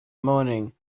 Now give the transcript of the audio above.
moaning